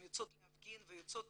יוצאות להפגין ויוצאות